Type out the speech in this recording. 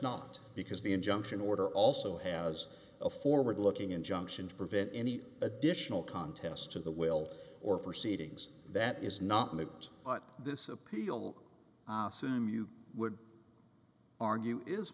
not because the injunction order also has a forward looking injunction to prevent any additional contests to the will or proceedings that is not movement this appeal awesome you would argue is